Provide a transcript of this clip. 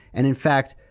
and in fact,